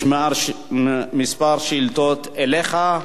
יש כמה שאילתות אליך.